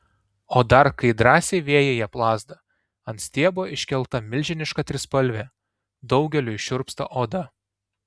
o dar kai drąsiai vėjyje plazda ant stiebo iškelta milžiniška trispalvė daugeliui šiurpsta oda